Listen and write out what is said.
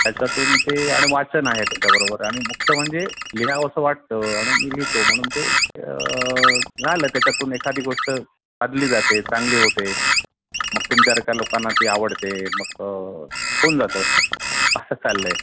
त्याच्यातून ते आणि वाचन आहे त्याच्याबरोबर आणि मुख्य म्हणजे लिहावं असं वाटतं आणि मी लिहितो म्हणून ते झालं त्याच्यातून एखादी गोष्ट साधली जाते चांगली होते मग तुमच्यासारख्या लोकांना ती आवडते मग होऊन जातं असं चाललं आहे